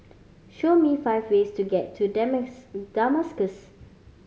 show me five ways to get to Damascus